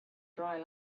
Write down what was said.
dry